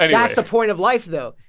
ah yeah that's the point of life, though.